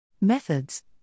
Methods